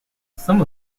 some